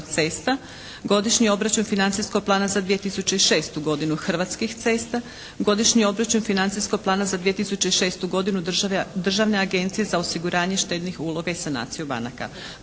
Godišnji obračun financijskog plana za 2006. godinu Hrvatskih cesta, Godišnji obračun financijskog plana za 2006. godinu Državne agencije za osiguranje štednih uloga i sanaciju banaka,